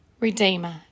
Redeemer